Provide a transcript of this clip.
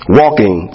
walking